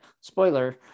spoiler